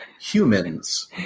humans